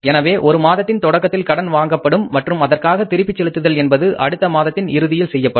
எனவே ஒரு மாதத்தின் தொடக்கத்தில் கடன் வாங்கப்படும் மற்றும் அதற்கான திருப்பி செலுத்துதல் என்பது அடுத்த மாதத்தில் இறுதியில் செய்யப்படும்